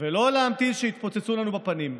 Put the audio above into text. ולא להמתין שיתפוצצו לנו בפנים.